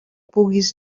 pugues